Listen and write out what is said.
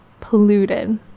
polluted